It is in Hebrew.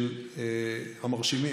המרשימים,